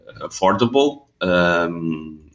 affordable